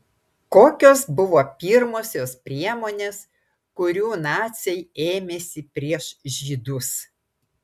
kokios buvo pirmosios priemonės kurių naciai ėmėsi prieš žydus